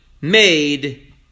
made